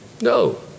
No